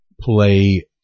play